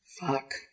Fuck